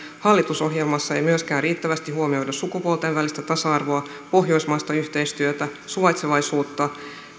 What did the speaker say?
hallitusohjelmassa ei myöskään riittävästi huomioida sukupuolten välistä tasa arvoa pohjoismaista yhteistyötä suvaitsevaisuutta